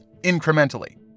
incrementally